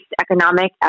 economic